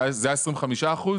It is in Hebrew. זה היה 25%,